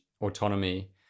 autonomy